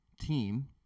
team